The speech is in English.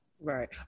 Right